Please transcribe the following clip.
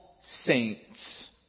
saints